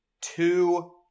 Two